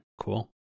Cool